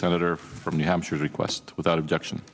senator from new hampshire request without objection